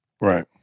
Right